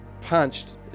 punched